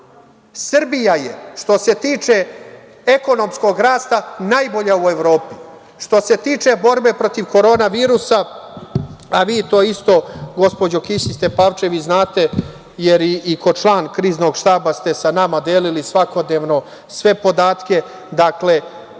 Srbija je, što se tiče ekonomskog rasta najbolja u Evropi. Što se tiče borbe protiv korona virusa, a vi to isto, gospođo Kisić Tepavčević, zanate, jer i kao član Kriznog štaba ste sa nama delili svakodnevno sve podatke, dakle,